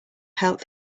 health